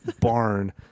barn